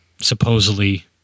supposedly